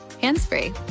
hands-free